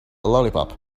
lollipop